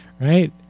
right